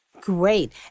Great